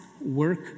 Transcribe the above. work